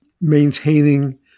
maintaining